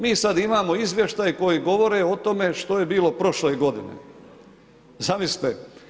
Mi sad imamo izvještaj koji govore o tome što je bilo prošle godine, zamislite.